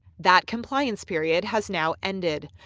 that compliance period has now ended.